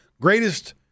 Greatest